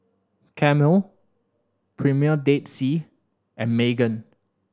Camel Premier Dead Sea and Megan